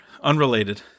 Unrelated